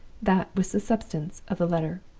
that was the substance of the letter.